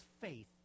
faith